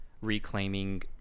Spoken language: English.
reclaiming